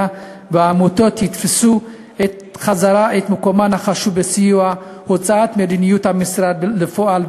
והעמותות יחזרו לתפוס את מקומן החשוב בסיוע להוצאת מדיניות המשרד לפועל,